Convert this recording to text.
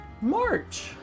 march